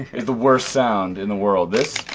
is the worst sound in the world. this